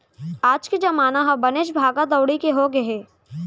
आज के जमाना ह बनेच भागा दउड़ी के हो गए हे